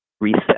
Reset